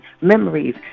memories